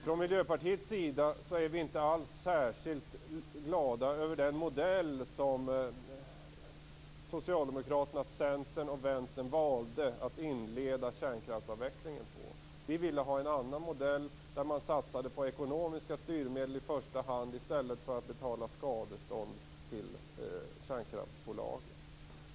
Från Miljöpartiets sida är vi inte alls särskilt glada över den modell som Socialdemokraterna, Centern och Vänstern valde att inleda kärnkraftsavvecklingen på. Vi ville ha en annan modell där man i första hand satsade på ekonomiska styrmedel i stället för att betala skadestånd till kärnkraftsbolagen.